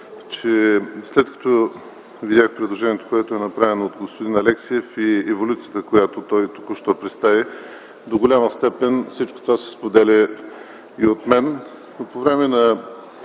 че след като видях предложението, което е направено от господин Алексиев и еволюцията, която той току-що представи, до голяма степен всичко това се споделя и от мен.